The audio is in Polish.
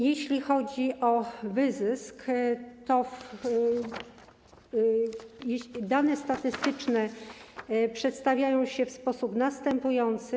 Jeśli chodzi o wyzysk, to dane statystyczne przedstawiają się w sposób następujący.